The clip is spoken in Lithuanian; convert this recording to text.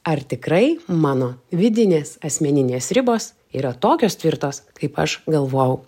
ar tikrai mano vidinės asmeninės ribos yra tokios tvirtos kaip aš galvojau